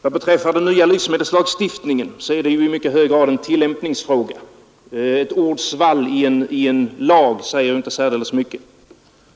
Vad beträffar den nya livsmedelslagstifningen, så gäller det i mycket hög grad en tillämpningsfråga. Ett ordsvall i en lag säger inte särdeles mycket.